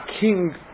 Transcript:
king